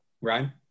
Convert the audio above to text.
Ryan